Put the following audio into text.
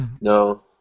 No